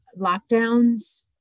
lockdowns